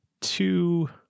two